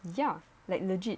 ya like legit